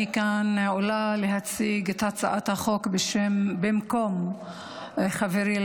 אני עולה להציג את הצעת החוק במקום חברי לסיעה,